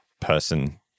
person